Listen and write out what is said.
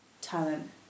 talent